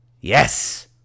Yes